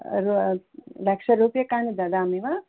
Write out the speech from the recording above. लक्ष्यरूप्यकाणि ददामि वा